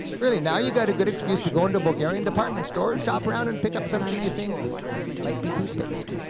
really. now you got a good excuse to go into a bulgarian department store, shop around, and pick up something you think might be toothpaste,